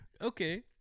Okay